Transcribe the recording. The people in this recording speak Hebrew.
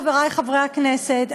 חברי חברי הכנסת,